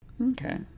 Okay